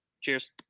Cheers